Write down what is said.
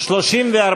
להצביע.